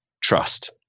trust